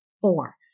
four